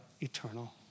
eternal